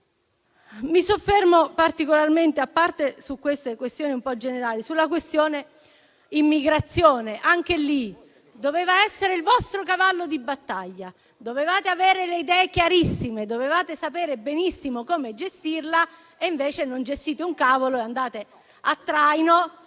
mi soffermo particolarmente sulla questione dell'immigrazione: anche quella doveva essere il vostro cavallo di battaglia, dovevate avere le idee chiarissime, dovevate sapere benissimo come gestirla e invece non gestite un cavolo e andate a traino,